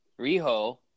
Riho